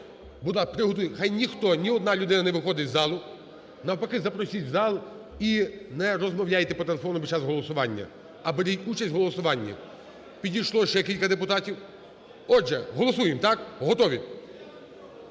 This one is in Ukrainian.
хай ніхто, ні одна людина не виходить з залу, навпаки запросіть у зал і не розмовляйте по телефону під час голосування, а беріть участь у голосуванні. Підійшло ще кілька депутатів. Отже, голосуємо, так, готові.